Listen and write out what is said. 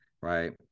Right